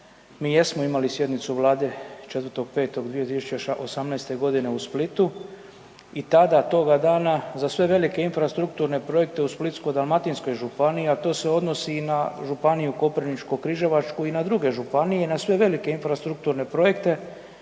mi jesmo imali sjednicu Vlade 4.5.2018. u Splitu i tada toga dana za sve velike infrastrukturne projekte u Splitsko-dalmatinskoj županiji, a to se odnosi i na županiju Koprivničko-križevačku i na druge županije i na sve velike infrastrukturne projekte,